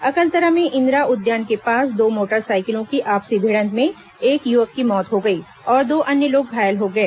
अकलतरा में इंदिरा उद्यान के पास दो मोटर साइकिलों की आपसी भिड़ंत में एक युवक की मौत हो गई और दो अन्य लोग घायल हो गए